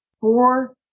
four